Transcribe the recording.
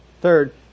third